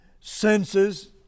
senses